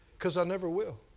because i never will.